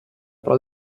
про